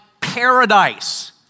paradise